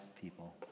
people